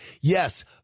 Yes